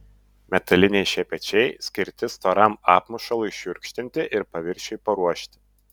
metaliniai šepečiai skirti storam apmušalui šiurkštinti ir paviršiui paruošti